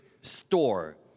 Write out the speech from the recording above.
store